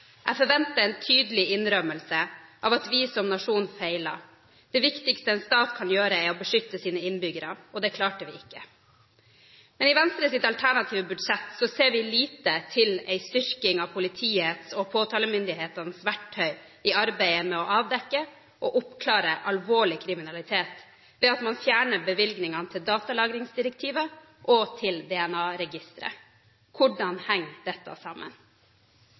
jeg til slutt at Venstre kommer til å støtte forslagene nr. 1 og 3, fra Fremskrittspartiet og Høyre. Det blir replikkordskifte. I forbindelse med 22. juli-redegjørelsene i Stortinget 10. november sa Venstres leder: «Jeg forventer en tydelig innrømmelse av at vi som nasjon feilet. Det viktigste en stat kan gjøre er å beskytte sine innbyggere, og det klarte vi ikke.» Men i Venstres alternative budsjett ser vi lite til en styrking av politiets og påtalemyndighetenes verktøy i arbeidet